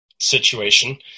situation